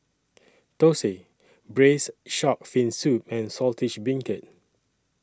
Thosai Braised Shark Fin Soup and Saltish Beancurd